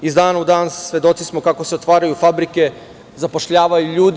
Iz dana u dan svedoci smo kako se otvaraju fabrike, zapošljavaju ljudi.